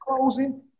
closing